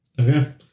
Okay